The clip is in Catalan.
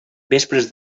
vespres